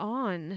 on